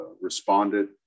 responded